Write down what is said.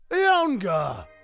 Younger